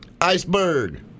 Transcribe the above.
Iceberg